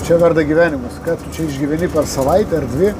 čia verda gyvenimas ką tu čia išgyveni per savaitę ar dvi